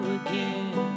again